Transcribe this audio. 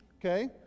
okay